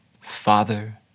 Father